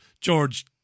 George